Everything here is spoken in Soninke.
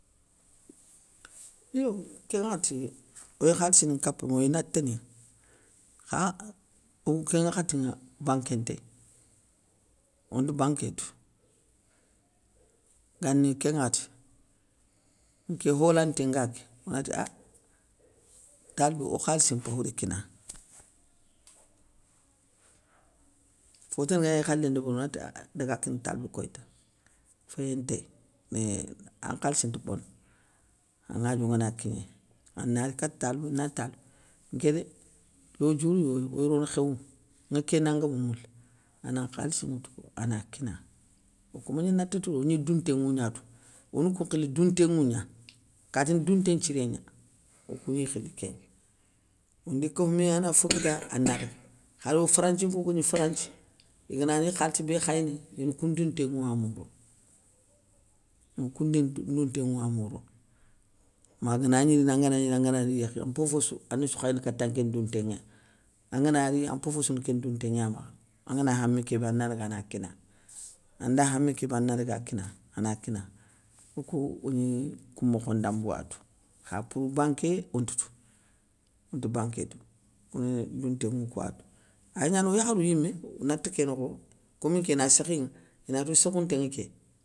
Yo kénŋwakhati, oy khalissini nkapa mé, oy nataninŋa, kha okou kén ŋwakhatinŋa banké ntéy, onte banké tou, gani kén ŋwakhati, nké holanté nga ké onati a talibi okhalissi mpay ogari kinanŋa. Fotana ganagni khalé ndébérini, onati ah daga kini talibou koyta, féyé ntéy, iii an nkhalissi nti bono; an ŋadiou ngana kinéy, ana ri kata talibou, anati talibou, nké dé lodiourou yoy oy rono khéwou, ŋa ké nangame moule, ana nkhalissi nŋwoutou, ana kinanŋa, okou mégni nata touwo, ogni dounténŋou gna tou, one koun nkhili dounténŋou gna, katini dounté nthiré gna, okou gni khili kégna. Ondi kofoumé ana fo kita ana daga, kharo franthinko yogoniye franthi, iganagni khalissi bé khayini, ine koun ndounténŋou amourounou, ine koun ndounténŋou amourounou. Maganagni angana rini angana gnirini angana gni rini yékhi, an mpofossou, ani sou khay katakén ndounténŋé ya, angana ri, an mpofossou ni kén ndounténŋé ya makha, angana khami kébé ana daga ana kinanŋa, anda khami kébé ana daga kinanŋa, ana kinanŋa, okou ogni, koun mokhon ndambou a tou. Kha pour banqué onte tou, onte banké tou, oni dounténŋou kouwa tou. Ay gnano yakharou yimé, nata ké nokho, komi nké ina sékhiŋa inato soukhounté ŋa ké.